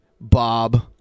Bob